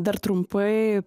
dar trumpai